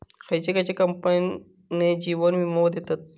खयचे खयचे कंपने जीवन वीमो देतत